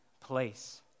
place